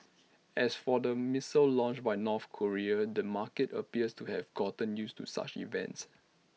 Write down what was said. as for the missile launch by North Korea the market appears to have gotten used to such events